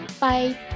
Bye